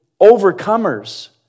overcomers